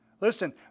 Listen